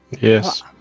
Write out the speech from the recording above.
yes